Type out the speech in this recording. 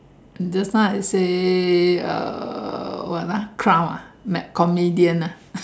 just now I say uh what ah clown ah like comedian ah